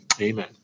Amen